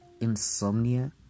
insomnia